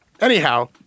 Anyhow